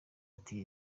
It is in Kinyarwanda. ati